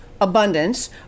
abundance